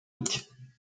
ute